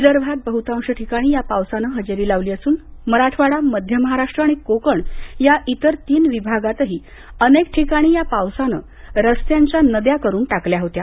विदर्भात बहूतांश ठिकाणी या पावसानं हजेरी लावली असून मराठवाडा मध्य महाराष्ट्र आणि कोकण या इतर तीन विभागातही अनेक ठिकाणी या पावसानं रस्त्यांच्या नद्या करून टाकल्या होत्या